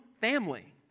family